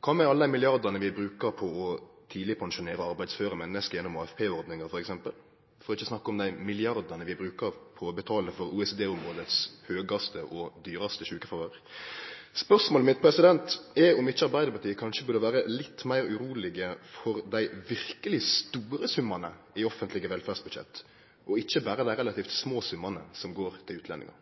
Kva med alle milliardane vi brukar på å tidlegpensjonere arbeidsføre menneske gjennom AFP-ordninga, t.d., for ikkje å snakke om dei milliardane vi brukar på å betale for OECD-området sitt høgaste og dyraste sjukefråvær? Spørsmålet mitt er om ikkje Arbeidarpartiet kanskje burde vere litt meir urolege for dei verkeleg store summane i offentlege velferdsbudsjett, og ikkje berre dei relativt små summane som går til utlendingar.